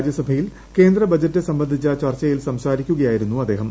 രാജ്യസഭയിൽ കേന്ദ്രബജറ്റ് സംബന്ധിച്ച ചൂർച്ചയിൽ സംസാരിക്കുകയായിരുന്നു അദ്ദേഹം